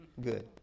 Good